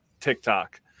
TikTok